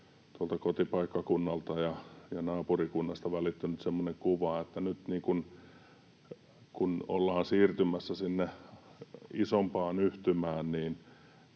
kotipaikkakunnalta ja naapurikunnasta välittynyt semmoinen kuva, että nyt kun ollaan siirtymässä sinne isompaan yhtymään,